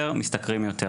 בואו לא נשכח את זה.